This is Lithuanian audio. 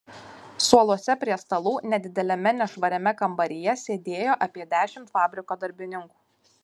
suoluose prie stalų nedideliame nešvariame kambaryje sėdėjo apie dešimt fabriko darbininkų